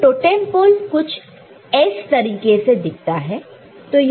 तो totem pole कुछ ऐसा है